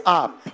up